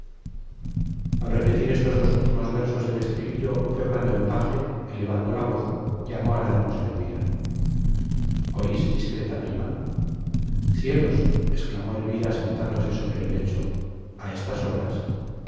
al repetir estos dos últimos versos del estribillo fue cuando el paje elevando la voz llamó a la hermosa elvira oís discreta prima cielos exclamó elvira sentándose sobre el lecho a estas horas